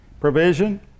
Provision